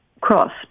cross